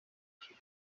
sus